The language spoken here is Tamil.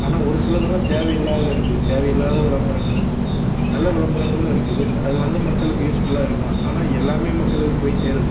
ஆனால் ஒரு சிலதெல்லாம் தேவையில்லாத இருக்குது தேவையில்லாத விளம்பரங்கள் நல்ல விளம்பரங்களும் இருக்குது அது வந்து மக்களுக்கு யூஸ்ஃபுல்லாக இருக்கலாம் ஆனால் எல்லாம் மக்களுக்கு போய் சேருது